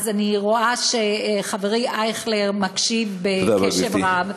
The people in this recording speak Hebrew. אז אני רואה שחברי אייכלר מקשיב בקשב רב,